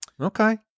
Okay